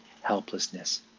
helplessness